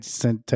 sent